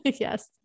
Yes